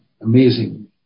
Amazing